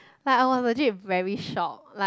I was legit very shock like